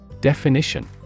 Definition